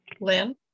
Lynn